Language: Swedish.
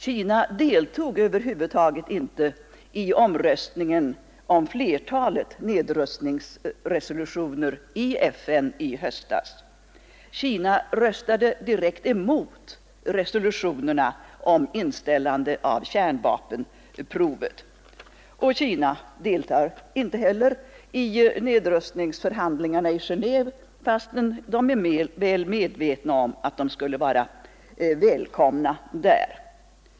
Kina deltog över huvud taget inte i omröstningen om flertalet nedrustningsresolutioner i FN i höstas. Kina röstade direkt mot resolutionerna om inställande av kärnvapenprov. Kina deltar heller inte i nedrustningsförhandlingarna i Genéve, fastän det klargjorts att detta skulle vara välkommet.